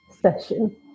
session